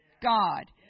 god